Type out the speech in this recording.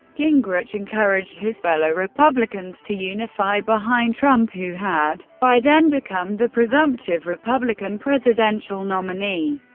gingrich encouraged his fellow republicans to unify behind trump, who had by then become the presumptive republican presidential nominee.